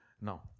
Now